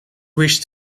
wished